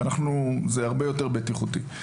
זה הרבה יותר בטיחותי.